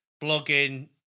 blogging